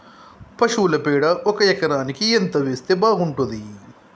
పశువుల పేడ ఒక ఎకరానికి ఎంత వేస్తే బాగుంటది?